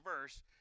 verse